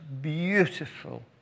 beautiful